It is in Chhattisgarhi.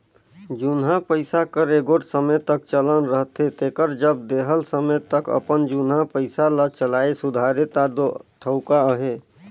जुनहा पइसा कर एगोट समे तक चलन रहथे तेकर जब देहल समे तक अपन जुनहा पइसा ल चलाए सुधारे ता दो ठउका अहे